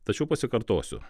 tačiau pasikartosiu